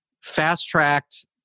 fast-tracked